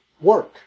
work